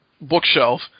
bookshelf